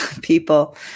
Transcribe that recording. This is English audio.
people